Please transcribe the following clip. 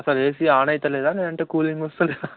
sir AC on అవడంలేదు లేదు అంటే కూలింగ్ వస్తలేదా